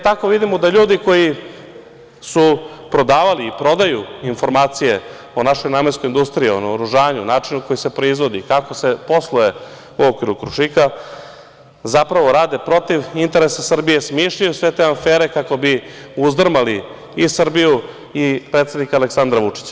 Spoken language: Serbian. Tako vidimo da ljudi koji su prodavali i prodaju informacije o našoj namenskoj industriji, o naoružanju, načinu na koji se proizvodi, kako se posluje u okviru „Krušika“, zapravo rade protiv interesa Srbije, smišljaju sve te afere kako bi uzdrmali i Srbiju i predsednika Aleksandra Vučića.